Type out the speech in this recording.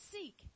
seek